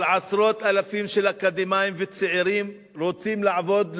אבל עשרות אלפים אקדמאים וצעירים רוצים לעבוד,